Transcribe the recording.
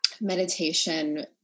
meditation